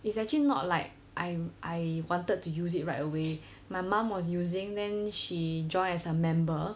it's actually not like I I wanted to use it right away my mom was using then she joined as a member